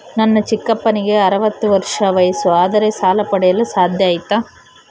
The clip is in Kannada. ನನ್ನ ಚಿಕ್ಕಪ್ಪನಿಗೆ ಅರವತ್ತು ವರ್ಷ ವಯಸ್ಸು ಆದರೆ ಸಾಲ ಪಡೆಯಲು ಸಾಧ್ಯ ಐತಾ?